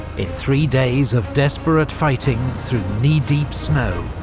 in three days of desperate fighting through knee-deep snow,